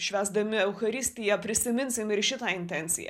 švęsdami eucharistiją prisiminsim ir šitą intenciją